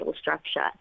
structure